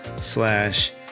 slash